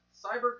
Cyber